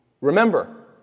remember